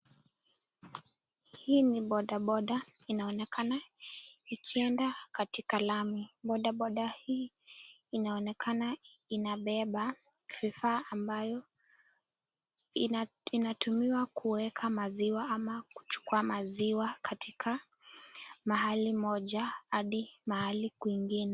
Hii ni bodaboda inaonekana ikienda katika lami. Bodaboda hii inaonekana inabeba vifaa ambayo inatumiwa kuweka maziwa ama kuchukuwa maziwa katika mahali moja hadi mahali kwingine.